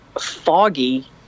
foggy